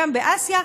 גם באסיה,